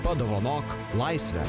padovanok laisvę